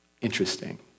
interesting